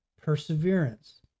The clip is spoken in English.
perseverance